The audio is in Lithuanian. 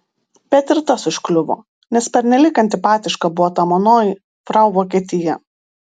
bet ir tas užkliuvo nes pernelyg antipatiška buvo ta manoji frau vokietija